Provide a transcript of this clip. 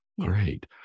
Great